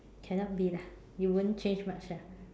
cannot be lah it won't change much ah